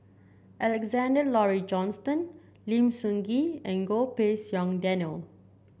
Alexander Laurie Johnston Lim Sun Gee and Goh Pei Siong Daniel